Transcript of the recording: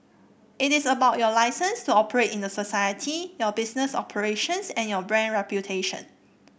it is about your licence to operate in a society your business operations and your brand reputation